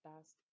best